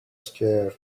scared